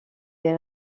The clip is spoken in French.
des